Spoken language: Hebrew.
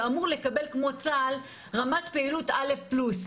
שאמור לקבל כמו צה"ל רמת פעילות א' פלוס.